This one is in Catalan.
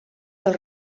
del